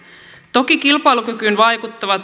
toki kilpailukykyyn vaikuttavat